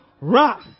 rock